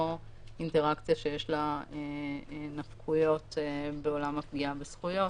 אינטראקציה שיש לה נפקויות בעולם הפגיעה בזכויות,